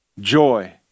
joy